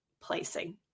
placing